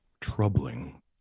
troubling